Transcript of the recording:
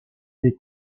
des